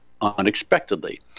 unexpectedly